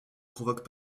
provoque